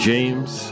James